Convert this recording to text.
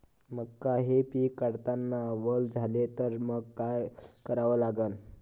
मका हे पिक काढतांना वल झाले तर मंग काय करावं लागन?